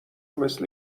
مثل